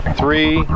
three